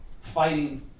fighting